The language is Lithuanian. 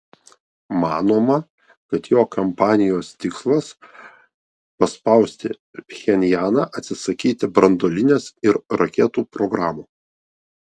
manoma kad jo kampanijos tikslas paspausti pchenjaną atsisakyti branduolinės ir raketų programų